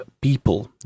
people